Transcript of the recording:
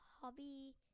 hobby